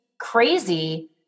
crazy